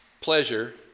pleasure